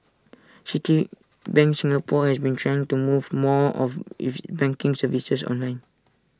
Citibank Singapore has been trying to move more of its banking services online